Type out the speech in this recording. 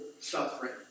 suffering